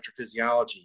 electrophysiology